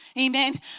Amen